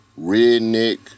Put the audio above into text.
redneck